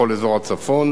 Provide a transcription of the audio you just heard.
בכל אזור הצפון,